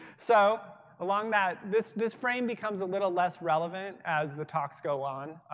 so along that, this this frame becomes a little less relevant as the talks go on.